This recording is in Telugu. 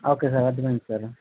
ఓకే సార్ అర్థమైంది సారు